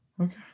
Okay